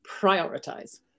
prioritize